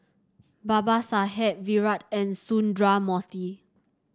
Babasaheb Virat and Sundramoorthy